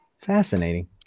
fascinating